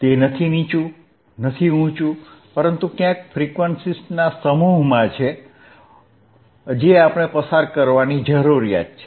તે નીચું નથી ઊંચું નથી પરંતુ ક્યાંક ફ્રીક્વન્સીસના સમૂહમાં છે જે આપણે પસાર કરવાની જરૂર છે